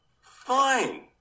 Fine